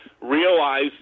realize